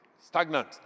stagnant